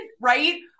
right